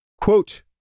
Quote